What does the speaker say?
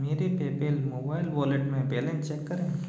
मेरे PayPal mobile wallet में balance check करें